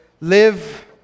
live